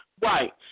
Right